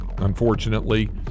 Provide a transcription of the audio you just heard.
Unfortunately